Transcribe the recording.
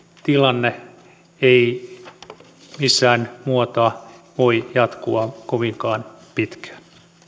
tilanne ei millään muotoa voi jatkua kovinkaan pitkään